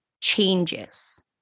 changes